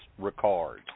Ricard